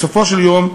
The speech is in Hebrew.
בסופו של יום,